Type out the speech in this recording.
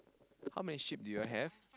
how many sheep do you all have